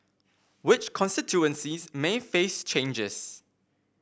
which constituencies may face changes